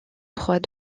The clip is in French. trois